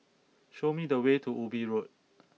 show me the way to Ubi Road